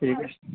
ঠিক আছে